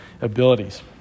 abilities